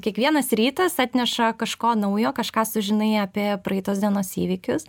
kiekvienas rytas atneša kažko naujo kažką sužinai apie praeitos dienos įvykius